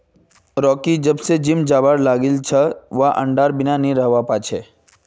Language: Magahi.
रॉकी जब स जिम जाबा लागिल छ वइ अंडा खबार बिनइ नी रहबा पा छै